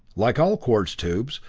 like all quartz tubes,